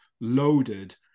loaded